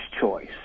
choice